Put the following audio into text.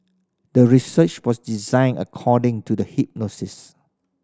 the research was designed according to the hypothesis